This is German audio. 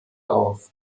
auf